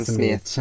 Smith